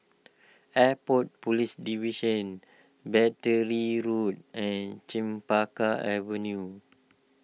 Airport Police Division Battery Road and Chempaka Avenue